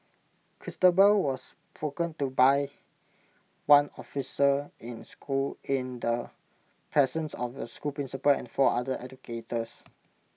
Christabel was spoken to by one officer in school in the presence of the school principal and four other educators